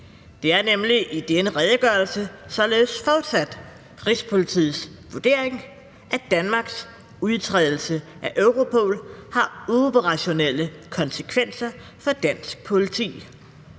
Det er nemlig i denne redegørelse således fortsat Rigspolitiets vurdering, at Danmarks udtrædelse af Europol har operationelle konsekvenser for dansk politi,